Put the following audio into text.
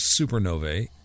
supernovae